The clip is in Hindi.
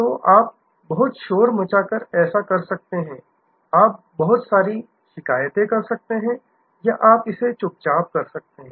तो आप बहुत शोर मचा कर ऐसा कर सकते हैं आप बहुत सारी शिकायतें कर सकते हैं या आप इसे चुपचाप कर सकते हैं